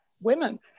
women